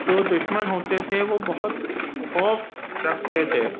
جو دشمن ہوتے تھے وہ بہت خوف رکھتے تھے